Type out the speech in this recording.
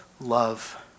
love